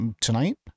tonight